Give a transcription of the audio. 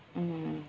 mm